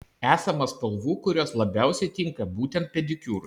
esama spalvų kurios labiausiai tinka būtent pedikiūrui